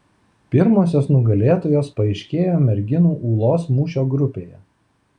pirmosios nugalėtojos paaiškėjo merginų ūlos mūšio grupėje